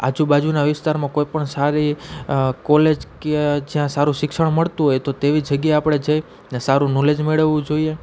આજુબાજુના વિસ્તારમાં કોઈપણ સારી કોલેજ કે જ્યાં સારું શિક્ષણ મળતું હોય તો તેવી જગ્યા આપણે જઈ ને સારું નોલેજ મેળવવું જોઈએ